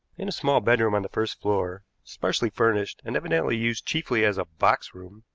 in a small bedroom on the first floor, sparsely furnished and evidently used chiefly as a box-room,